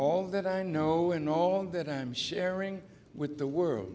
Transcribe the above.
all that i know and all that i'm sharing with the world